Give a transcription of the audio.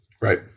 Right